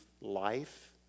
life